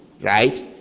right